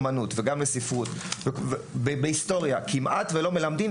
לאומנות ולהיסטוריה כמעט ולא מלמדות,